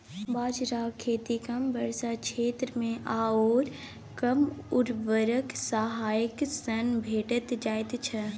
बाजराक खेती कम वर्षाक क्षेत्रमे आओर कम उर्वरकक सहायता सँ भए जाइत छै